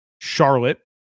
Charlotte